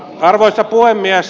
arvoisa puhemies